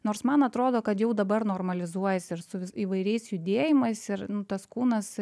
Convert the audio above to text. nors man atrodo kad jau dabar normalizuojasi ir su įvairiais judėjimais ir tas kūnas